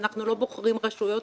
אנחנו לא בוחרים רשויות